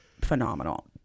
phenomenal